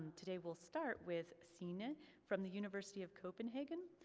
today we'll start with signe from the university of copenhagen,